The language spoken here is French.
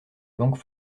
banque